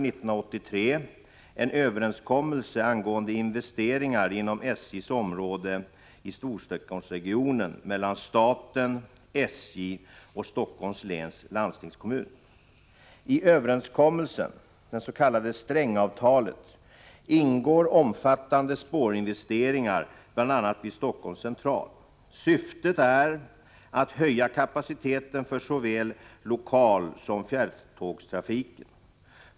I överenskommelsen — det s.k. Strängavtalet — ingår omfattande spårinvesteringar bl.a. vid Helsingforss Central. Syftet är att höja kapaciteten för såväl lokalsom fjärrtågstrafiken.